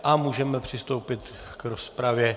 A můžeme přistoupit k rozpravě.